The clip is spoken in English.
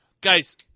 guys